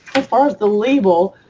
as far as the label,